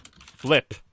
Flip